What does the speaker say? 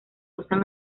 usa